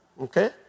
okay